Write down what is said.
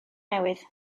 newydd